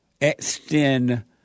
extend